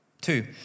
Two